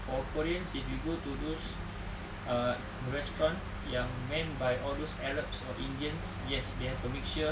for koreans if you go to those uh restaurants yang mend by all those arabs or indians yes they have a mixture